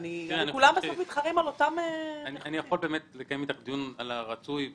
אני יכול לקיים איתך דיון על הרצוי והמצוי.